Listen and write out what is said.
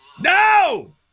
No